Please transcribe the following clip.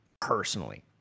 personally